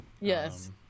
Yes